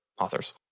authors